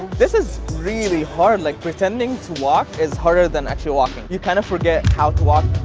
this is really hard. like pretending to walk is harder than actually walking. you kinda forget how to walk.